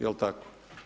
Jel' tako?